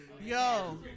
yo